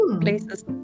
places